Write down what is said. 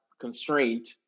constraint